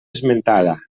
esmentada